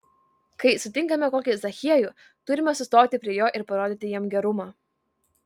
kai sutinkame kokį zachiejų turime sustoti prie jo ir parodyti jam gerumą